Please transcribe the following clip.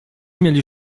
mieli